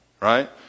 right